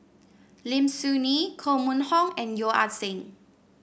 Lim Soo Ngee Koh Mun Hong and Yeo Ah Seng